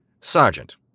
Sergeant